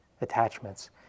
attachments